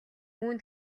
үүнд